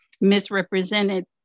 misrepresented